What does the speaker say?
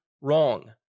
wrong